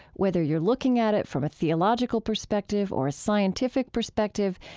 whether you're looking at it from a theological perspective or a scientific perspective,